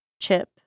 chip